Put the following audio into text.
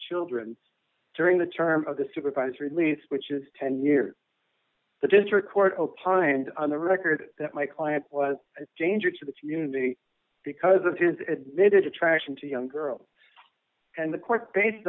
children during the terms of the supervised release which is ten years the district court opined on the record that my client was a danger to the community because of his admitted attraction to young girls and the court case